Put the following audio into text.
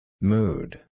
Mood